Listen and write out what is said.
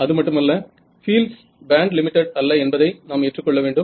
அதுமட்டுமல்ல fields பேன்ட் limited அல்ல என்பதை நாம் ஏற்றுக்கொள்ள வேண்டும்